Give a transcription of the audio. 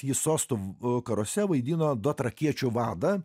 jis sostų karuose vaidino dotrakiečių vadą